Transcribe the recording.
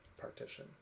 partition